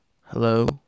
Hello